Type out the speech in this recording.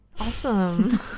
Awesome